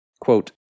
Quote